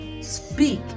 speak